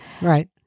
Right